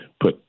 put –